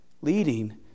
leading